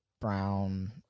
brown